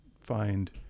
find